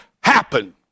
happen